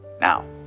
Now